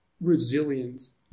resilience